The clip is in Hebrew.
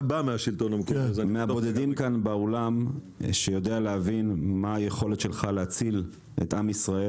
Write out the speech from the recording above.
אני מהבודדים כאן באולם שיודע להבין מהי היכולת שלך להציל את עם ישראל